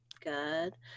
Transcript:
Good